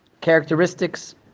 characteristics